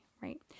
right